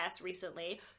recently